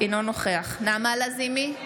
אינו נוכח נעמה לזימי,